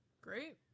Great